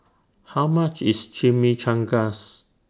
How much IS Chimichangas